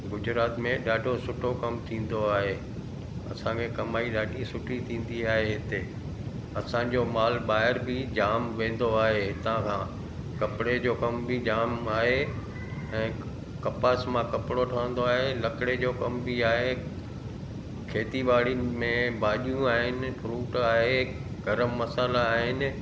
गुजरात में ॾाढो सुठो कमु थींदो आहे असांखे कमाई ॾाढी सुठी थींदी आहे हिते असांजो मालु ॿाहिरि बि जामु वेंदो आहे हितां खां कपिड़े जो कमु बि जामु आहे ऐं कपास मां कपिड़ो ठहंदो आहे लकिड़े जो कमु बि आहे खेती ॿाड़ी में भाॼियूं आहिनि फ्रूट आहे गरम मसाल्हा आहिनि